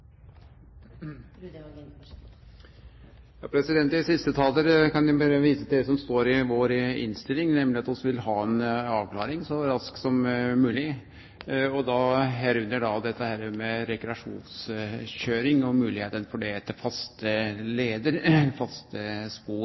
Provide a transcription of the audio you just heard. siste talaren kan eg berre vise til det som står i innstillinga, nemleg at vi vil ha ei avklaring så raskt som mogleg, medrekna rekreasjonskøyring og moglegheita for det etter faste leier, faste spor. Det er